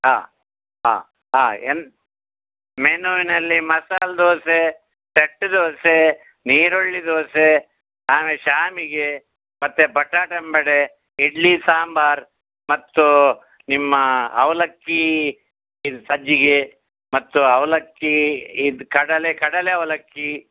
ಹಾಂ ಹಾಂ ಹಾಂ ಎಂತ ಮೆನುವಿನಲ್ಲಿ ಮಸಾಲೆ ದೋಸೆ ಸೆಟ್ ದೋಸೆ ನೀರುಳ್ಳಿ ದೋಸೆ ಆಮೇಲೆ ಶಾವಿಗೆ ಮತ್ತು ಬಟಾಟೆ ಆಂಬಡೆ ಇಡ್ಲಿ ಸಾಂಬಾರು ಮತ್ತು ನಿಮ್ಮ ಅವಲಕ್ಕಿ ಇದೆ ಸಜ್ಜಿಗೆ ಮತ್ತು ಅವಲಕ್ಕಿ ಇದೆ ಕಡಲೆ ಕಡಲೆ ಅವಲಕ್ಕಿ